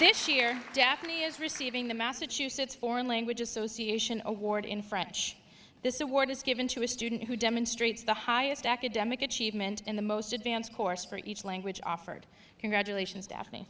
this year definitely is receiving the massachusetts foreign language association award in french this award is given to a student who demonstrates the highest academic achievement in the most advanced course for each language offered congratulations daphne